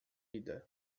vida